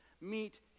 meet